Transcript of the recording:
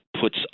puts